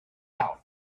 out